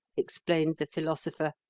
explained the philosopher.